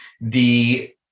the-